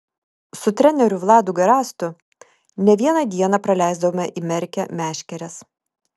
su treneriu vladu garastu ne vieną dieną praleisdavome įmerkę meškeres